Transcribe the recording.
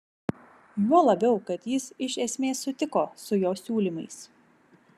juo labiau kad jis iš esmės sutiko su jo siūlymais